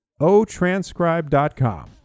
OTranscribe.com